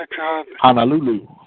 Honolulu